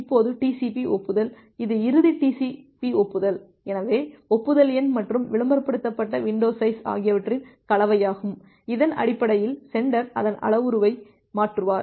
இப்போது TCP ஒப்புதல் இது இறுதி TCP ஒப்புதல்எனவே ஒப்புதல் எண் மற்றும் விளம்பரப்படுத்தப்பட்ட வின்டோ சைஸ் ஆகியவற்றின் கலவையாகும் இதன் அடிப்படையில் சென்டர் அதன் அளவுருவை மாற்றுவார்